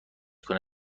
کنه